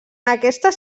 aquestes